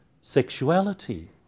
sexuality